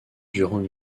durant